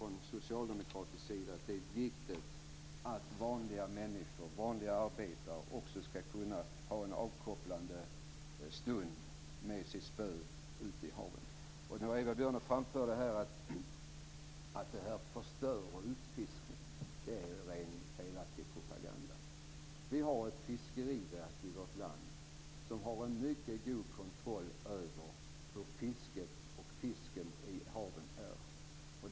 Vi socialdemokrater tycker att det är viktigt att vanliga arbetare också skall kunna ha en avkopplande stund med sitt spö ute vid havet. Eva Björne framförde här att detta förstör och leder till utfiskning. Det är en rent felaktig propaganda. Vi har ett fiskeriverk i vårt land som har en mycket god kontroll över hur fisket går till och hur fisken i haven mår.